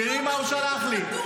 תראי מה הוא שלח לי.